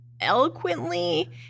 eloquently